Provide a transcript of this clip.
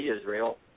Israel